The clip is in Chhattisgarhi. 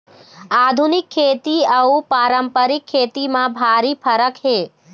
आधुनिक खेती अउ पारंपरिक खेती म भारी फरक हे